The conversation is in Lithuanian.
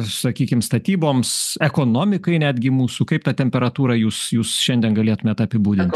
sakykim statyboms ekonomikai netgi mūsų kaip tą temperatūrą jūs jūs šiandien galėtumėt apibūdinti